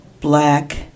black